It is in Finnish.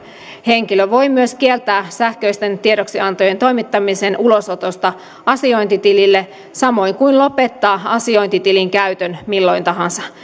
henkilö voi myös kieltää sähköisten tiedoksiantojen toimittamisen ulosotosta asiointitilille samoin kuin lopettaa asiointitilin käytön milloin tahansa